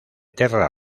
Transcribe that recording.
terra